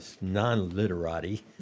non-literati